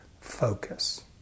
focus